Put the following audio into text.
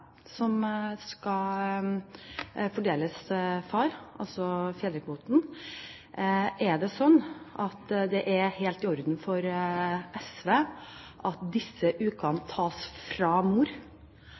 som skal fordeles til far – altså fedrekvoten. Er det slik at det er helt i orden for SV at disse ukene